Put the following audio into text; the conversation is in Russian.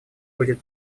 будет